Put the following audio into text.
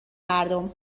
مردم